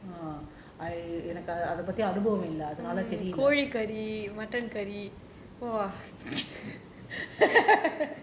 uh I எனக்கு அத பத்தி அனுபவம் இல்ல அதுனால தெரில:enakku atha pathi anubavam illa athunala terila